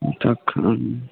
हँ तऽ देखाबिऔ